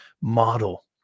model